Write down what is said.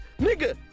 Nigga